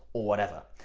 whatever.